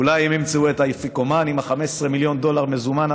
אולי הם ימצאו את האפיקומן עם ה-15 מיליון דולר במזומן,